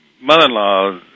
mother-in-law